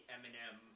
Eminem